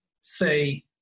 say